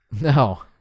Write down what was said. No